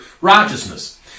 righteousness